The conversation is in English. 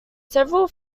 several